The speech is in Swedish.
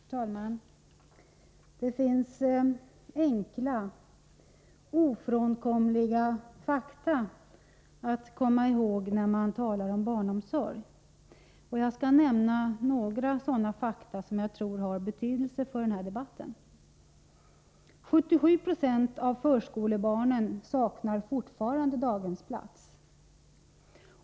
Herr talman! Det finns enkla, ofrånkomliga fakta att komma ihåg när man talar om barnomsorg. Jag skall nämna några sådana fakta som jag tror har betydelse för denna debatt. 77 Jo av förskolebarnen saknar fortfarande daghemsplats.